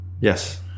Yes